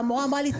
והמורה אמרה לי: